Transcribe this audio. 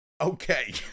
Okay